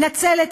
נצל את